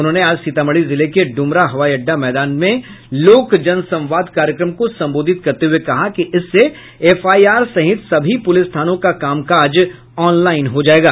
उन्होंने आज सीतामढ़ी जिले के डुमरा हवाई अड्डा मैदान में लोक जन संवाद कार्यक्रम को संबोधित करते हुए कहा कि इससे एफआईआर सहित सभी पुलिस थानों का कामकाज ऑनलाईन हो जायेगा